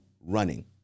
running